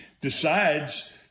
decides